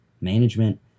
management